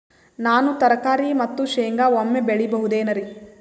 ನಾನು ತರಕಾರಿ ಮತ್ತು ಶೇಂಗಾ ಒಮ್ಮೆ ಬೆಳಿ ಬಹುದೆನರಿ?